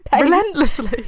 Relentlessly